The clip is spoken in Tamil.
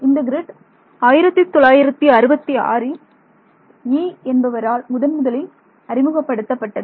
இந்த கிரிட் 1966இல் யீ என்பவரால் முதன் முதலில் அறிமுகப்படுத்தப்பட்டது